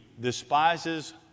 despises